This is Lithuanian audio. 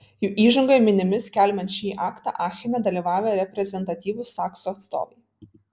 jų įžangoje minimi skelbiant šį aktą achene dalyvavę reprezentatyvūs saksų atstovai